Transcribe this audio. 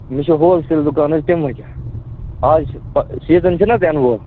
مےٚ چھِ wholesale دُکان حظ تَمہِ موٗجوٗب اَز چھِ سیٖزَن چھُنہٕ حظ یِنہٕ وول